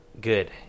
good